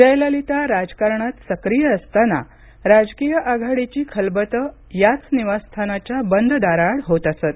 जयललिता राजकारणात सक्रिय असताना राजकीय आघाडीची खलबतं याच निवासस्थानाच्या बंद दाराआड होत असत